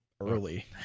early